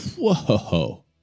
whoa